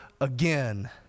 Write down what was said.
Again